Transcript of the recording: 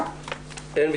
מי נגד?